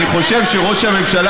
אני חושב שראש הממשלה,